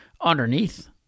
underneath